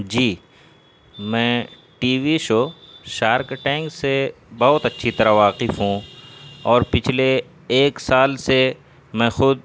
جی میں T V show Shark Tank سے بہت اچھی طرح واقف ہوں اور پچھلے ایک سال سے میں خود